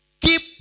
keep